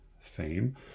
fame